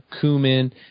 cumin